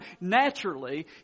naturally